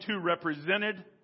represented